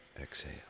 Exhale